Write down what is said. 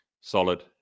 solid